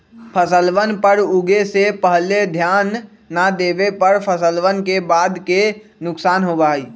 फसलवन पर उगे से पहले ध्यान ना देवे पर फसलवन के बाद के नुकसान होबा हई